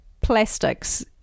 plastics